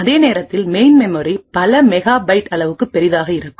அதே நேரத்தில் main memory பல மெகாபைட் அளவுக்கு பெரியதாக இருக்கும்